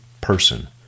person